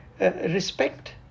respect